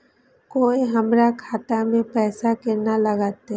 कोय हमरा खाता में पैसा केना लगते?